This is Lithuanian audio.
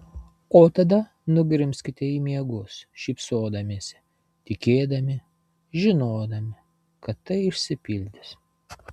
o tada nugrimzkite į miegus šypsodamiesi tikėdami žinodami kad tai išsipildys